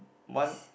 one